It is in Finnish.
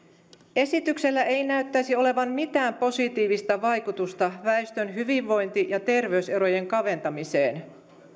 esityksellä ei näyttäisi olevan mitään positiivista vaikutusta väestön hyvinvointi ja terveyserojen kaventamiseen